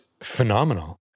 phenomenal